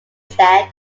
said